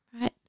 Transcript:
right